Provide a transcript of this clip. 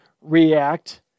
react